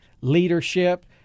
leadership